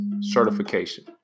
certification